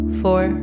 four